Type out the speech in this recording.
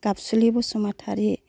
Gabsuli Basumatary